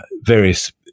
various